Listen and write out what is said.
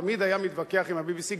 תמיד היה מתווכח עם ה-BBC,